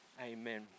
amen